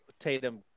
tatum